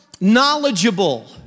knowledgeable